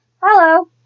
Hello